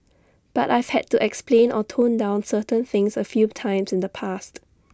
but I've had to explain or tone down certain things A few times in the past